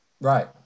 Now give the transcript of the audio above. Right